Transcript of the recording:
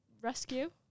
rescue